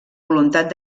voluntat